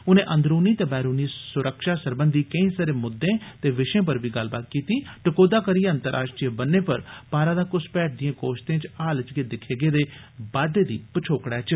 उनें अंदरूनी ते बैहरूनी सुरक्षा सरबंघी केई सारे मुद्दें ते विषयें पर बी गल्लबात कीती टकोह्दा करियै अंतर्राश्ट्रीय ब'न्ने पर पारा दा घुसपैठ दिएं कोश्ते च हाल च दिक्खे गेदे बाद्दे दी पछोकड़ै च